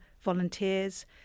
volunteers